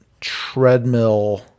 treadmill